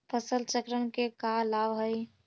फसल चक्रण के का लाभ हई?